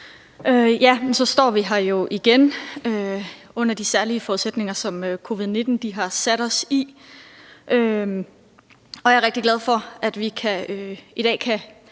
så står vi her jo igen under de særlige forudsætninger, som covid-19 har sat os i. Jeg er rigtig glad for, at vi i dag kan